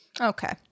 okay